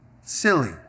silly